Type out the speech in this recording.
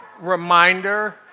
reminder